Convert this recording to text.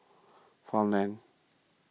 Farmland